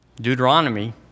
Deuteronomy